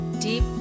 deep